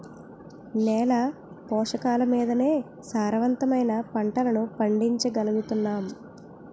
నేల పోషకాలమీదనే సారవంతమైన పంటలను పండించగలుగుతున్నాం